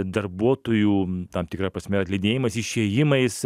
darbuotojų tam tikra prasme atleidinėjimais išėjimais